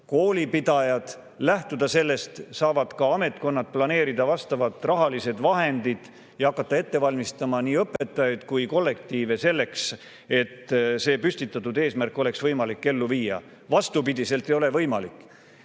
koolipidajad, lähtuda sellest, siis saavad ka ametkonnad planeerida vastavad rahalised vahendid ja hakata ette valmistama nii õpetajaid kui ka kollektiive selleks, et püstitatud eesmärki oleks võimalik ellu viia. Vastupidi ei ole võimalik.